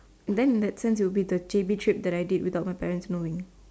then in that sense it'll be the J_B trip that I did without my parents knowing